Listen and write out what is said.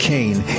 Kane